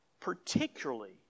particularly